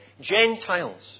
Gentiles